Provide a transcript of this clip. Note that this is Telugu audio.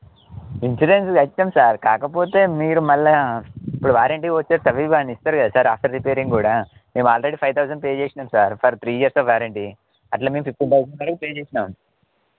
ఇన్సూరెన్స్ కట్టాం సార్ కాకపోతే మీరు మళ్ళా ఇప్పుడు వారంటీ వచ్చేసి అవి ఇవి అని ఇస్తారు కద సార్ ఆఫ్టర్ రిపేరింగ్ కూడా మేము ఆల్రెడీ ఫైవ్ థౌజండ్ పే చేసినాం sir for three years of warranty అట్లా మేము ఫిఫ్టీన్ తౌజండ్ కాడకి పే చేసినాం